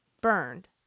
Burned